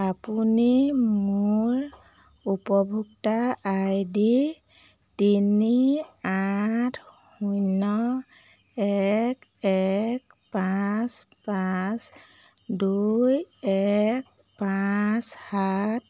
আপুনি মোৰ উপভোক্তা আইডি তিনি আঠ শূন্য এক এক পাঁচ পাঁচ দুই এক পাঁচ সাত